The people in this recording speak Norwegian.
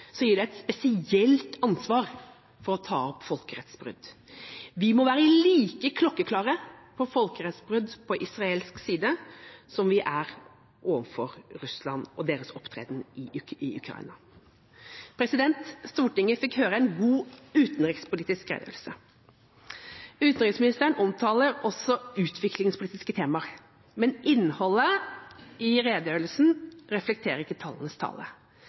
gir det et spesielt ansvar for å ta opp folkerettsbrudd. Vi må være like klokkeklare på folkerettsbrudd på israelsk side som vi er overfor Russland og deres opptreden i Ukraina. Stortinget fikk høre en god utenrikspolitisk redegjørelse. Utenriksministeren omtaler også utviklingspolitiske temaer, men innholdet i redegjørelsen reflekterer ikke tallenes